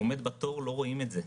הוא עומד בתור, לא רואים את זה.